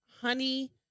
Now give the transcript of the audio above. honey